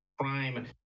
crime